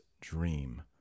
dream